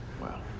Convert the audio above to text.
Wow